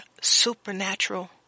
supernatural